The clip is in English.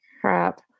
crap